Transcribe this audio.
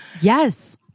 Yes